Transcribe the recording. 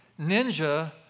Ninja